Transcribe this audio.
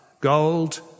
gold